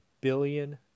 billion